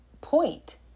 point